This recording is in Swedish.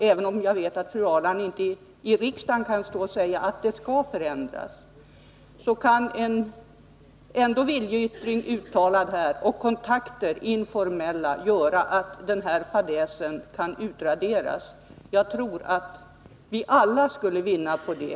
Även om jag vet att fru Ahrland inte kan stå och säga här i riksdagen att det skall ändras, så kan ändå en viljeyttring som uttalas här och informella kontakter göra att den här fadäsen kan utraderas. Jag tror att vi alla skulle vinna på det.